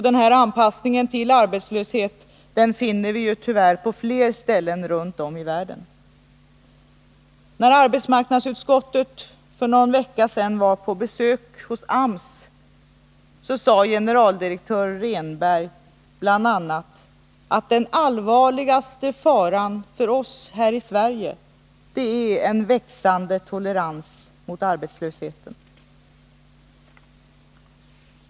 Den här anpassningen till arbetslöshet finner vi tyvärr på fler ställen runt om i världen. När arbetsmarknadsutskottet för någon vecka sedan var på besök hos AMS sade generaldirektör Rehnberg bl.a. att den allvarligaste faran för oss här i Sverige är en växande tolerans mot arbetslösheten.